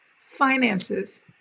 finances